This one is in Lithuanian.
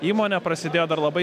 įmonė prasidėjo dar labai